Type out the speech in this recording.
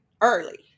early